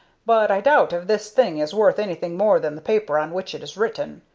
but i doubt if this thing is worth anything more than the paper on which it is written.